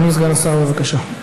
אדוני סגן השר, בבקשה.